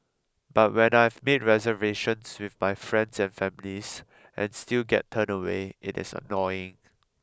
but when I have made reservations with my friends and families and still get turned away it is annoying